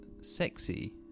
sexy